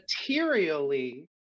materially